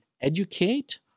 educate